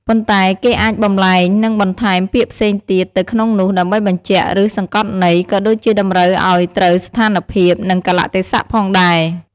ប៉ុន្តែគេអាចបម្លែង និងបន្ថែមពាក្យផ្សេងទៀតទៅក្នុងនោះ ដើម្បីបញ្ជាក់ ឬ សង្កត់ន័យ ក៏ដូចជាតម្រូវឱ្យត្រូវស្ថានភាព និង កាលៈទេសៈផងដែរ។